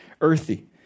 earthy